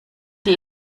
die